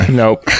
nope